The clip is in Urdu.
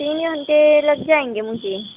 تین گھنٹے لگ جائیں گے مجھے